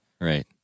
Right